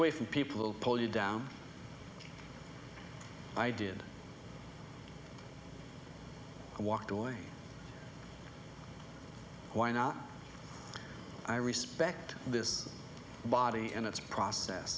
away from people pull you down i did and walked away why not i respect this body and its process